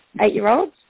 eight-year-olds